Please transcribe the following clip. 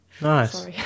Nice